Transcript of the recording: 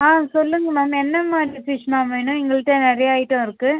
ஆ சொல்லுங்கள் மேம் என்ன மாதிரி ஃபிஷ் மேம் வேணும் எங்ககிட்ட நிறையா ஐட்டம் இருக்குது